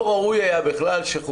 בכלל לא ראוי שחוקי-יסוד,